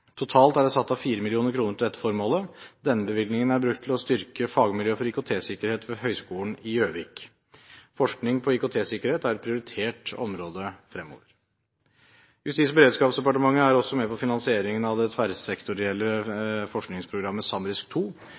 Totalt er det satt av 4 mill. kr til dette formålet. Denne bevilgningen er brukt til å styrke fagmiljøet for IKT-sikkerhet ved Høgskolen i Gjøvik. Forskning på IKT-sikkerhet er et prioritert område fremover. Justis- og beredskapsdepartementet er også med på finansieringen av det tverrsektorielle forskningsprogrammet SAMRISK